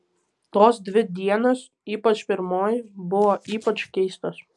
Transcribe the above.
tos dvi dienos ypač pirmoji buvo ypač keistos